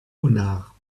renard